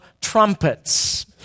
trumpets